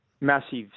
Massive